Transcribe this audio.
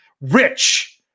rich